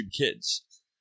kids